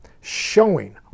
showing